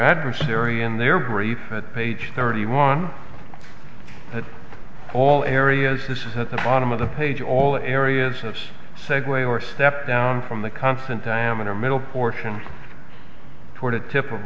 adversary and their grief at page thirty one but all areas this is at the bottom of the page all areas of segue or step down from the constant diameter middle portion toward a tip of